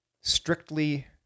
strictly